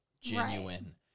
genuine